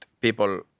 people